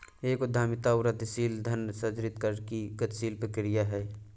एक उद्यमिता वृद्धिशील धन सृजित करने की गतिशील प्रक्रिया है